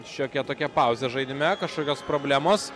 šiokia tokia pauzė žaidime kažkokios problemos